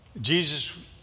Jesus